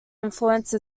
influence